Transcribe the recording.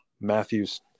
matthew's